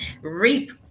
reap